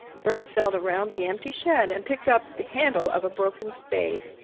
bert felt around the empty shed and picked up the handle of a broken spade.